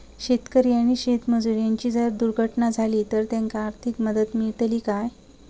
शेतकरी आणि शेतमजूर यांची जर दुर्घटना झाली तर त्यांका आर्थिक मदत मिळतली काय?